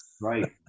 Right